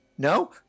No